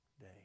day